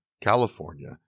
California